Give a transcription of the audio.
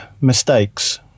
mistakes